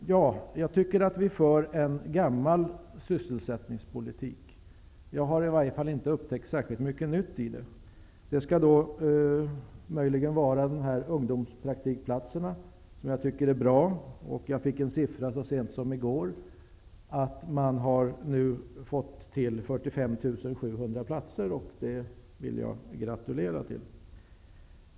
Jag tycker att det är en gammal sysselsättningspolitik som förs. I varje fall har jag inte upptäckt särskilt mycket nytt i den. Det skall då möjligen vara ungdomspraktikplatserna, som jag tycker är bra. Jag fick en siffra så sent som i går som säger att det nu har skapats 45 700 sådana platser. Det vill jag gratulera till.